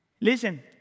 Listen